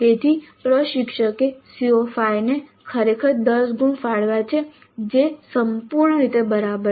તેથી પ્રશિક્ષકે CO5 ને ખરેખર 10 ગુણ ફાળવ્યા છે જે સંપૂર્ણ રીતે બરાબર છે